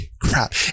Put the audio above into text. crap